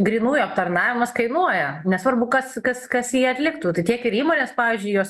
grynųjų aptarnavimas kainuoja nesvarbu kas kas kas jį atliktų tai tiek ir įmonės pavyzdžiui jos